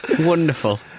Wonderful